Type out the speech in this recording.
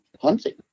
hunting